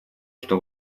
что